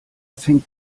fängt